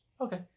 Okay